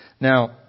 Now